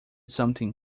something